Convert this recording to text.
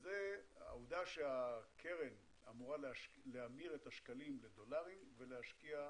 והיא העובדה שהקרן אמורה להמיר את השקלים לדולרים ולהשקיע בחו"ל.